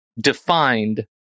defined